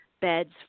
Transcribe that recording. beds